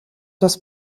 das